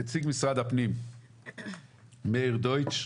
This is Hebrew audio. נציג משרד הפנים מאיר דויטשר.